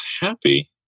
happy